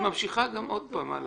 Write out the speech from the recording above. את ממשיכה עוד פעם.